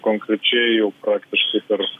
konkrečiai jau praktiškai per